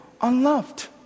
unloved